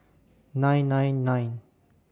nine nine nine